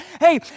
hey